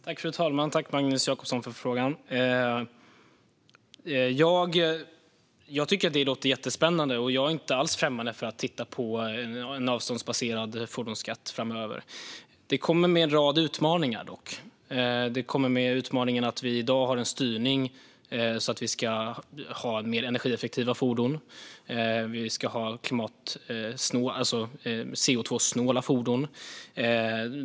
Fru talman! Tack, Magnus Jacobsson! Det låter jättespännande. Jag är inte alls främmande för att titta på en avståndsbaserad fordonsskatt framöver. Den kommer dock med en rad utmaningar. I dag har vi en styrning mot mer energieffektiva fordon, CO2snåla fordon.